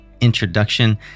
introduction